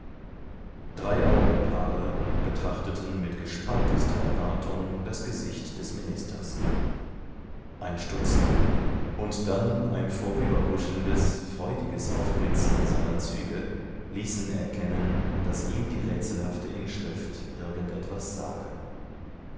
drei augenpaare betrachteten mit gespanntester erwartung das gesicht des ministers ein stutzen und dann ein vorüberhuschendes freudiges aufblitzen seiner züge ließen erkennen daß ihm die rätselhafte inschrift irgend etwas sage